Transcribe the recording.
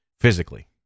physically